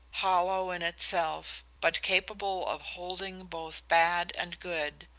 hollow in itself, but capable of holding both bad and good.